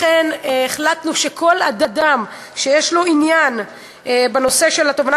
לכן החלטנו שכל אדם שיש לו עניין בנושא של תובענה